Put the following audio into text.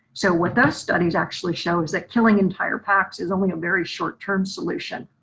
so what those studies actually show is that killing entire packs is only a very short term solution.